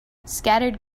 scattered